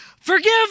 forgive